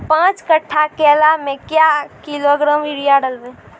पाँच कट्ठा केला मे क्या किलोग्राम यूरिया डलवा?